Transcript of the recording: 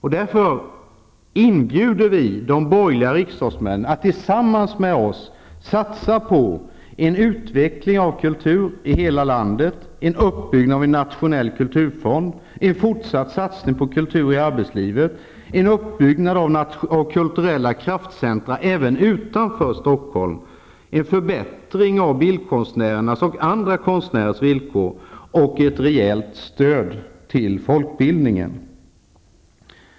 Vi inbjuder därför de borgerliga riksdagsledamöterna att tillsammans med oss satsa på: - en utveckling av kultur i hela landet, - en fortsatt satsning på kultur i arbetslivet, - en uppbyggnad av kulturella kraftcentra även utanför Stockholm, - en förbättring av bildkonstnärers och andra konstnärers villkor samt - ett rejält stöd till folkbildningen.